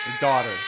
daughter